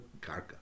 karka